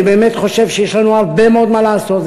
אני באמת חושב שיש לנו הרבה מאוד מה לעשות.